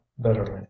bitterly